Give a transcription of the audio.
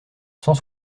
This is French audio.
cent